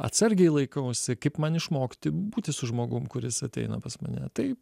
atsargiai laikausi kaip man išmokti būti su žmogum kuris ateina pas mane tai